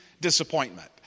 disappointment